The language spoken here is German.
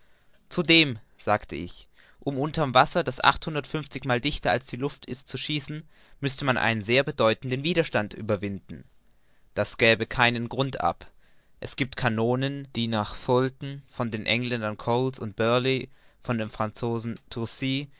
zudem sagte ich um unter'm wasser das achthundertundfünfzig mal dichter als die luft ist zu schießen müßte man einen sehr bedeutenden widerstand überwinden das gäbe keinen grund ab es giebt kanonen die nach fulton von den engländern coles und burley von dem franzosen